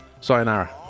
sayonara